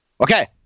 Okay